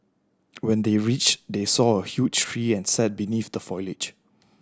when they reached they saw a huge tree and sat beneath the foliage